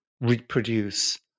reproduce